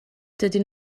dydyn